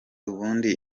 ubundi